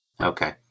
Okay